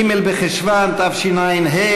ג' בחשוון התשע"ה,